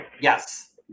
Yes